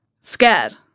scared